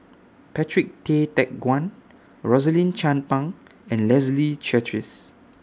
Patrick Tay Teck Guan Rosaline Chan Pang and Leslie Charteris